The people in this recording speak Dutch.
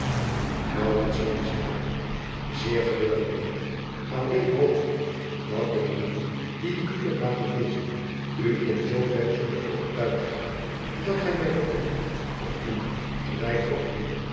eer gewillig mijn eer lleen hoop ik dat de brieven die ik u heb laten lezen u in zooverre zullen overtuigd hebben dat gij mij vergunt om u gelijk voorheen